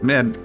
Man